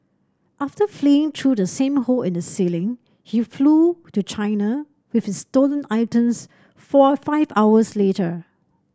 after fleeing through the same hole in the ceiling he flew to China with his stolen items four five hours later